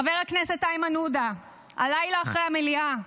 חבר הכנסת איימן עודה, הלילה, אחרי המליאה,